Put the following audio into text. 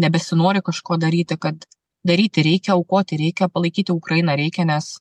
nebesinori kažko daryti kad daryti reikia aukoti reikia palaikyti ukrainą reikia nes